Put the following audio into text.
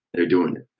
they're doing it.